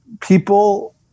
people